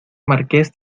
marqués